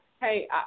hey